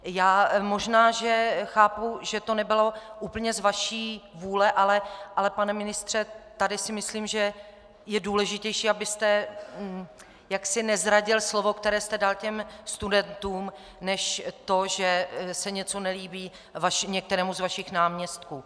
Já možná chápu, že to nebylo úplně z vaší vůle, ale pane ministře, tady si myslím, že je důležitější, abyste jaksi nezradil slovo, které jste dal těm studentům, než to, že se něco nelíbí některému z vašich náměstků.